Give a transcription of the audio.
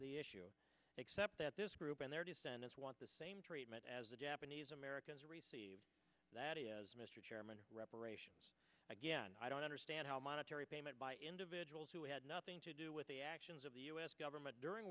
the issue except that this group and their descendants want the same treatment as the japanese americans receive that is mr chairman reparations again i don't understand how monetary payment by individuals who had nothing to do with the actions of the us government during